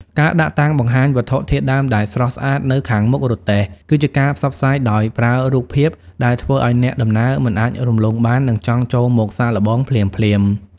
ការដាក់តាំងបង្ហាញវត្ថុធាតុដើមដែលស្រស់ស្អាតនៅខាងមុខរទេះ គឺជាការផ្សព្វផ្សាយដោយប្រើរូបភាពដែលធ្វើឱ្យអ្នកដំណើរមិនអាចរំលងបាន និងចង់ចូលមកសាកល្បងភ្លាមៗ។